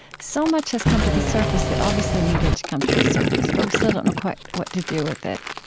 so much has come to the surface that obviously needed to come to the surface, but we still don't know quite what to do with it.